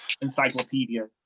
encyclopedia